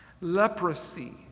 Leprosy